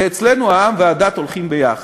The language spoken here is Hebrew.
ואצלנו העם והדת הולכים יחד.